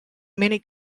many